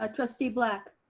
ah trustee black.